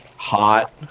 Hot